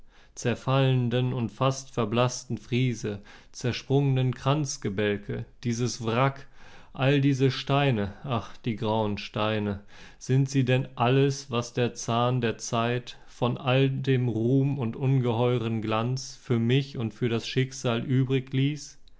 zerfallenden und fast verblaßten friese zersprungnen kranzgebälke dieses wrack all diese steine ach die grauen steine sind sie denn alles was der zahn der zeit von all dem ruhm und ungeheuren glanz für mich und für das schicksal übrig ließ